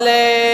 זאת ההצעה.